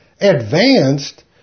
Advanced